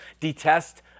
detest